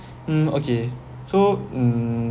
hmm okay so hmm